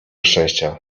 szczęścia